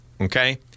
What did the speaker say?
Okay